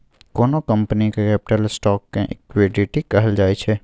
कोनो कंपनीक capital stock केँ इक्विटी कहल जाइ छै